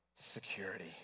Security